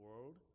world